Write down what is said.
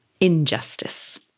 injustice